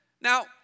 Now